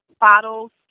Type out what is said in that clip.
bottles